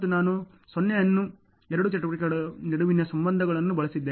ಮತ್ತು ನಾನು 0 ಅನ್ನು ಎರಡು ಚಟುವಟಿಕೆಗಳ ನಡುವಿನ ಸಂಬಂಧವಾಗಿ ಬಳಸಿದ್ದೇನೆ